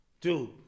dude